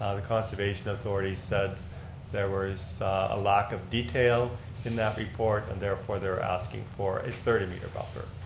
ah the conservation authority said there was a lack of detail in that report, and therefore, they're asking for a thirty meter buffer.